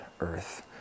earth